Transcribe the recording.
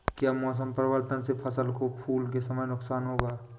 क्या मौसम परिवर्तन से फसल को फूल के समय नुकसान होगा?